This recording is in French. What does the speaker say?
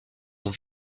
vont